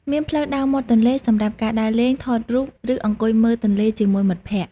មានផ្លូវដើរមាត់ទន្លេ សម្រាប់ការដើរលេង ថតរូប ឬអង្គុយមើលទន្លេជាមួយមិត្តភក្តិ។